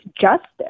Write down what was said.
justice